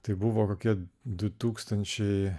tai buvo kokie du tūkstančiai